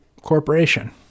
corporation